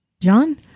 John